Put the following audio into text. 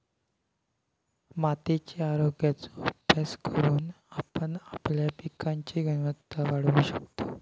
मातीच्या आरोग्याचो अभ्यास करून आपण आपल्या पिकांची गुणवत्ता वाढवू शकतव